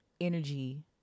energy